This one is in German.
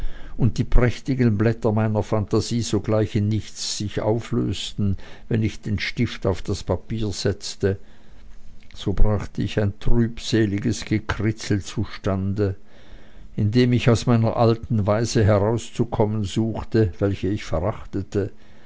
und die prächtigen blätter meiner phantasie sogleich in nichts sich auflösten wenn ich den stift auf das papier setzte so brachte ich ein trübseliges gekritzel zustande indem ich aus meiner alten weise herauszukommen suchte welche ich verachtete